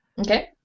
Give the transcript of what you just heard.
Okay